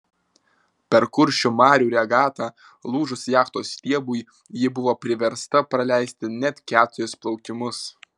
per kuršių marių regatą lūžus jachtos stiebui ji buvo priversta praleisti net keturis plaukimus